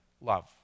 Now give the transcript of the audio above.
love